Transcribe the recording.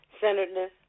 Centeredness